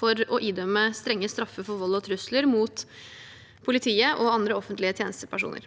for å idømme strenge straffer for vold og trusler mot politiet og andre offentlige tjenestepersoner.